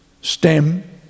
stem